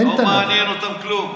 לא מעניין אותם כלום,